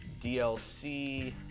dlc